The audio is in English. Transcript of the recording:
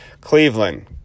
Cleveland